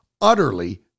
utterly